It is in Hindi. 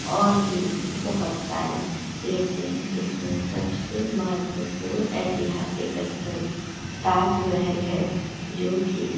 और भी बहोत सारे लेकिन इसमें सबसे महत्वपूर्ण ऐतिहासिक स्थल ताज महल है जो कि